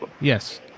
Yes